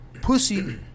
pussy